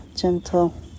Gentle